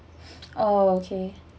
oh okay